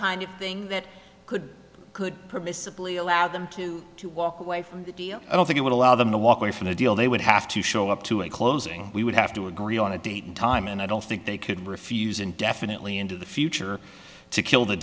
kind of thing that could could permissibly allow them to to walk away from the deal i don't think it would allow them to walk away from the deal they would have to show up to a closing we would have to agree on a date and time and i don't think they could refuse indefinitely into the future to kill the